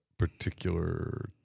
particular